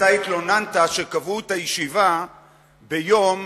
אתה התלוננת שקבעו את הישיבה ביום,